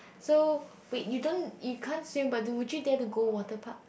so wait you don't you can't swim but do would you dare to go water park